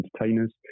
entertainers